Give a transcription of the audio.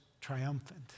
triumphant